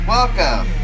Welcome